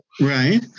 Right